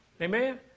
Amen